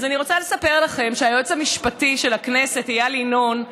אז אני רוצה לספר לכם שהיועץ המשפטי של הכנסת אייל ינון,